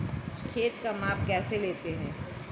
खेत का माप कैसे लेते हैं?